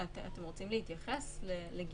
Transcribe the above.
להערה של בקי, אתם רוצים להתייחס לגיוון?